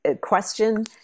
question